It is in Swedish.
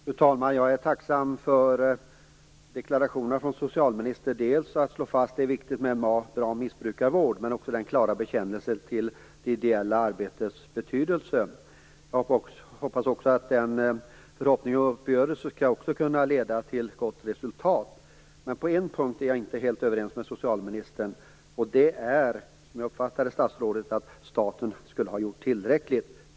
Fru talman! Jag är tacksam för deklarationerna från socialministern, dels att hon slår fast att det är viktigt med en bra missbrukarvård, dels hennes klara bekännelse till det ideella arbetets betydelse. Jag hoppas också att den uppgörelsen skall kunna leda till ett gott resultat. På en punkt är jag inte helt överens med socialministern, och det är att staten skulle ha gjort tillräckligt, som jag uppfattade statsrådet.